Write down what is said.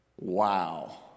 Wow